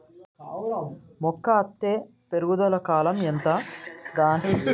మొక్క అత్తే పెరుగుదల కాలం ఎంత దానిలో మనం ఏమన్నా మార్పు చేయచ్చా?